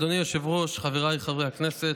אדוני היושב-ראש, חבריי חברי הכנסת,